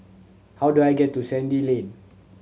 how do I get to Sandy Lane